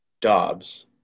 Dobbs